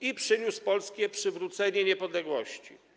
i przyniósł Polsce przywrócenie niepodległości.